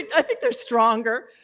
i think they're stronger.